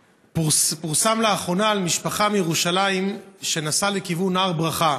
פורסם לאחרונה על משפחה מירושלים שנסעה לכיוון הר ברכה.